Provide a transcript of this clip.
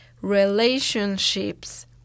relationships